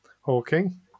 Hawking